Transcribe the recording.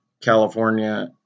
California